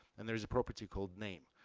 and there is a property called name.